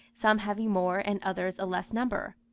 some having more, and others a less number.